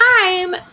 time